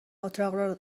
اتاق